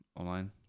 online